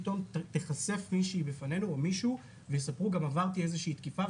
פתאום תיחשף מישהי בפנינו או מישהו ויספרו שהם עברו איזושהי תקיפה,